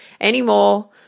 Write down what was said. anymore